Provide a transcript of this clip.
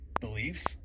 beliefs